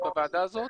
בוועדה הזאת,